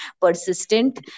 persistent